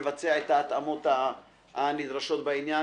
לבצע את ההתאמות הנדרשות בעניין.